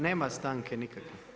Nema stanke nikakve.